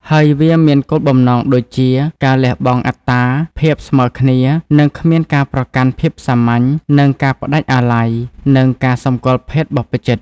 ហើយវាមានគោលបំណងដូចជា ការលះបង់អត្តា ភាពស្មើគ្នា និងគ្មានការប្រកាន់ ភាពសាមញ្ញ និងការផ្តាច់អាល័យ និងការសម្គាល់ភេទបព្វជិត។